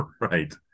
Right